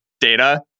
data